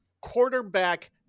quarterback